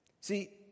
See